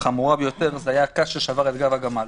החמורה ביותר זה היה הקש ששבר את גב הגמל.